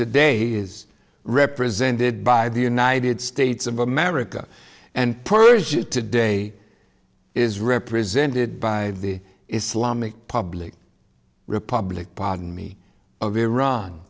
today is represented by the united states of america and persia today is represented by the islamic republic republic pardon me of